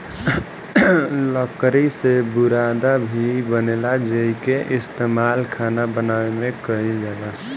लकड़ी से बुरादा भी बनेला जेइके इस्तमाल खाना बनावे में कईल जाला